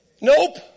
Nope